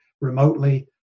remotely